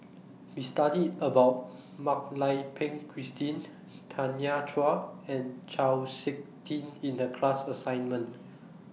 We studied about Mak Lai Peng Christine Tanya Chua and Chau Sik Ting in The class assignment